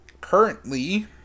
currently